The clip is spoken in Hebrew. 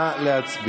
כמה סיסמאות נבובות?